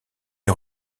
des